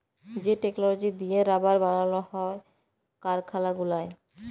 যে টেকললজি দিঁয়ে রাবার বালাল হ্যয় কারখালা গুলায়